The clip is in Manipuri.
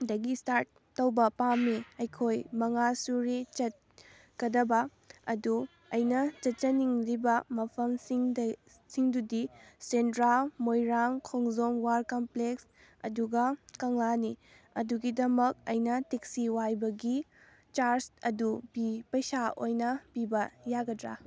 ꯗꯒꯤ ꯏꯁꯇꯥꯔꯠ ꯇꯧꯕ ꯄꯥꯝꯃꯤ ꯑꯩꯈꯣꯏ ꯃꯉꯥ ꯁꯨꯔꯤ ꯆꯠꯀꯗꯕ ꯑꯗꯨ ꯑꯩꯅ ꯆꯠꯆꯅꯤꯡꯂꯤꯕ ꯃꯐꯝ ꯁꯤꯡꯗꯨꯗꯤ ꯁꯦꯟꯗ꯭ꯔꯥ ꯃꯣꯏꯔꯥꯡ ꯈꯣꯡꯖꯣꯝ ꯋꯥꯔ ꯀꯝꯄ꯭ꯂꯦꯛꯁ ꯑꯗꯨꯒ ꯀꯪꯂꯥꯅꯤ ꯑꯗꯨꯒꯤꯗꯃꯛ ꯑꯩꯅ ꯇꯦꯛꯁꯤ ꯋꯥꯏꯕꯒꯤ ꯆꯥꯔꯖ ꯑꯗꯨ ꯄꯩꯁꯥ ꯑꯣꯏꯅ ꯄꯤꯕ ꯌꯥꯒꯗ꯭ꯔꯥ